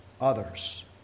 others